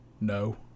no